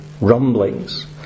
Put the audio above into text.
rumblings